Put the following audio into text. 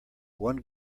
one